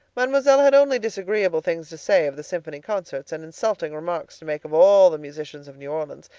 mademoiselle had only disagreeable things to say of the symphony concerts, and insulting remarks to make of all the musicians of new orleans,